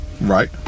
Right